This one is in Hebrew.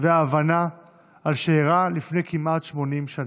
וההבנה על שאירע לפני כמעט 80 שנה: